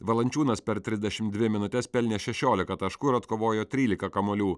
valančiūnas per trisdešim dvi minutes pelnė šešiolika taškų ir atkovojo trylika kamuolių